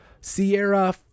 Sierra